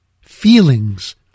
Feelings